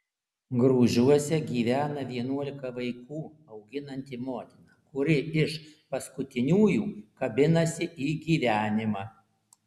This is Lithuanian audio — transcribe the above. grūžiuose gyvena vienuolika vaikų auginanti motina kuri iš paskutiniųjų kabinasi į gyvenimą